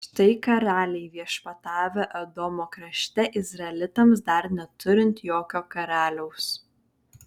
štai karaliai viešpatavę edomo krašte izraelitams dar neturint jokio karaliaus